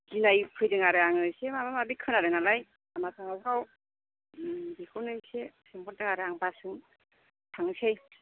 गिनाय फैदों आरो आङो एसे माबा माबि खोनादोंनालाय लामा सामाफ्राव बेखौनो एसे सोंहरदों आरो आं बासजों थांनोसै